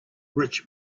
rich